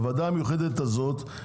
הוועדה המיוחדת הזאת,